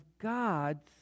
God's